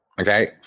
okay